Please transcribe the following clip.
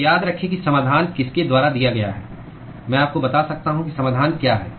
तो याद रखें कि समाधान किसके द्वारा दिया गया है मैं आपको बता सकता हूं कि समाधान क्या है